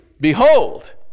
Behold